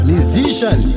Musician